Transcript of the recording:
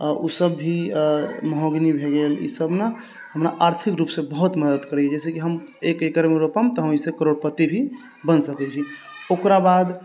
ओ सब भी महोगनी भए गेल ई सब ने हमरा आर्थिक रूपसँ बहुत मदद करैया जैसे कि हम एक एकड़मे रोपम तऽ हम ओहि से करोड़पति भी बन सकैत छी ओकरा बाद